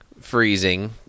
freezing